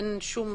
להם סמכות